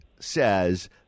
Says